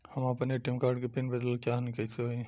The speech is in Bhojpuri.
हम आपन ए.टी.एम कार्ड के पीन बदलल चाहऽ तनि कइसे होई?